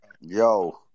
Yo